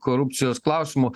korupcijos klausimu